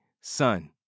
son